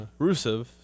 Rusev